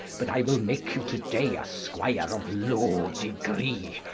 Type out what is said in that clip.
but i will make you to day a squire of low degree.